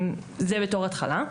זה בתור התחלה.